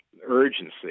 urgency